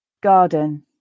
garden